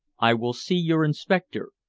i will see your inspector,